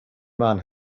man